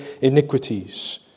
iniquities